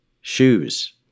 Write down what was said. shoes